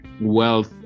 wealth